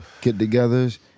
get-togethers